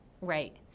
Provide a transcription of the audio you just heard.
right